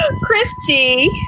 Christy